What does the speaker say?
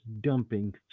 dumping